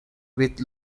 with